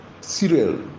cereal